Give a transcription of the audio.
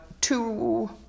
two